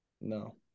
no